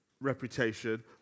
reputation